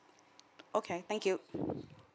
okay thank you